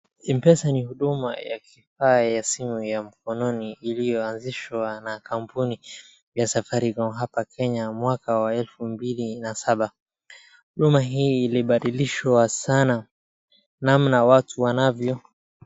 Mpesa ni huduma ya kifaa ya simu ya mkononi iliyoanzishwa na kampuni ya Safaricom hapa Kenya mwaka wa elfu mbili na saba. Huduma hii ilibadilishwa sana namna watu wanavyo.